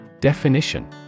Definition